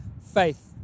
faith